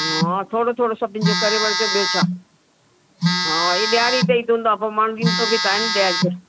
हा थोरो थोरो सभिनि जो करे वठिजो ॿियो छा हा हे ॾियारी ते ई त हूंदो आहे ॿियो माण्हू ॾींदो बि त आहे ॾियारी ते